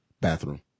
bathroom